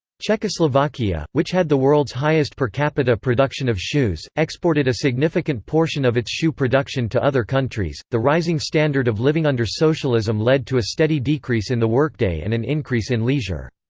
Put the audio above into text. czechoslovakia, which had the world's highest per-capita production of shoes, exported a significant portion of its shoe production to other countries the rising standard of living under socialism led to a steady decrease in the workday and an increase in leisure.